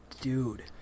dude